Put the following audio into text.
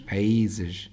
Países